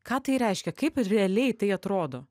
ką tai reiškia kaip realiai tai atrodo